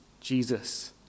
Jesus